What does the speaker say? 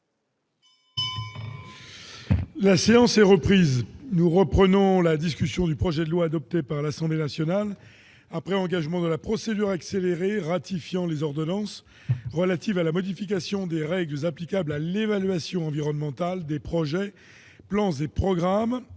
La séance est reprise. Nous reprenons la discussion du projet de loi, adopté par l'Assemblée nationale après engagement de la procédure accélérée, ratifiant les ordonnances n° 2016-1058 du 3 août 2016 relative à la modification des règles applicables à l'évaluation environnementale des projets, plans et programmes